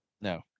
No